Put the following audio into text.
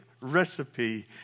recipe